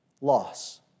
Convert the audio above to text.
loss